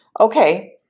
Okay